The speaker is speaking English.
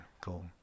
Cool